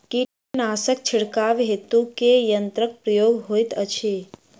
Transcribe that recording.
कीटनासक छिड़काव हेतु केँ यंत्रक प्रयोग होइत अछि?